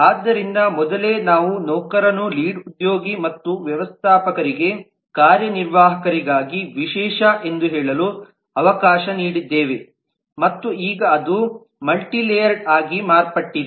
ಆದ್ದರಿಂದ ಮೊದಲೇ ನಾವು ನೌಕರನು ಲೀಡ್ ಉದ್ಯೋಗಿ ಮತ್ತು ವ್ಯವಸ್ಥಾಪಕರಿಗೆ ಕಾರ್ಯನಿರ್ವಾಹಕರಿಗಾಗಿ ವಿಶೇಷ ಎಂದು ಹೇಳಲು ಅವಕಾಶ ನೀಡಿದ್ದೆವು ಮತ್ತು ಈಗ ಅದು ಮಲ್ಟಿಲೇಯರ್ಡ್ ಆಗಿ ಮಾರ್ಪಟ್ಟಿದೆ